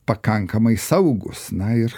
pakankamai saugūs na ir